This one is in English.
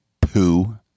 poo